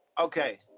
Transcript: Okay